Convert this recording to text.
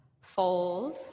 fold